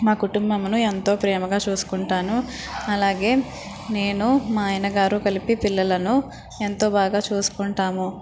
మా కుటుంబమును ఎంతో ప్రేమగా చూసుకుంటాను అలాగే నేను మా ఆయన గారు కలిపి పిల్లలను ఎంతో బాగా చూసుకుంటాము